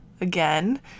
again